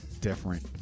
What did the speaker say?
different